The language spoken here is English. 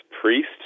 priest